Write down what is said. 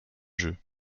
jeu